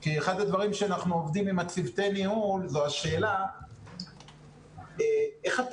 כי אחד הדברים שאנחנו עובדים עם צוותי הניהול זו השאלה איך אתה